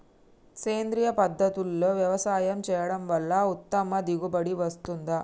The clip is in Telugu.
సేంద్రీయ పద్ధతుల్లో వ్యవసాయం చేయడం వల్ల ఉత్తమ దిగుబడి వస్తుందా?